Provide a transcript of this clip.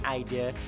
idea